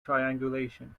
triangulation